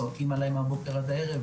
צועקים עליי מהבוקר ועד הערב,